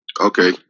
Okay